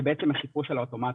זה בעצם החיפוש על האוטומטי.